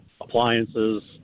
appliances